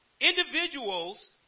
individuals